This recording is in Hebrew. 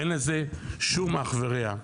אין לזה שום אח ורע,